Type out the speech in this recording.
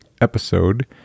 episode